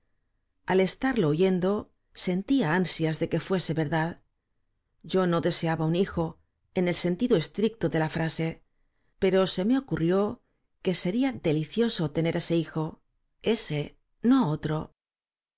al estarlo oyendo sentía ansias de que fuese verdad yo no deseaba un hijo en el sentido estricto de la frase pero se me ocurrió que sería delicioso tener ese hijo ese no otro